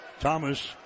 Thomas